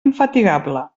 infatigable